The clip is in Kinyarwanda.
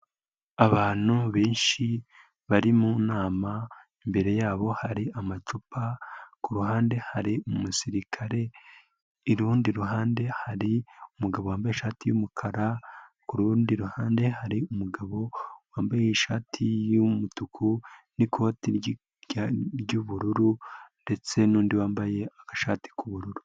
Abantu benshi bari mu nama. Imbere yabo hari amacupa. Kuruhande hari umusirikare, kurundi ruhande hari umugabo wambaye ishati y'umukara. Kurundi ruhande hari umugabo wambaye ishati y'umutuku n'ikoti ry'ubururu ndetse nundi wambaye agashati k'ubururu.